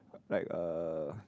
like uh